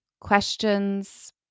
questions